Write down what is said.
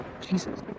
Jesus